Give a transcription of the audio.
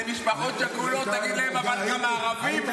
שנה וחצי היה לכם לגייס אותם ולא גייסתם.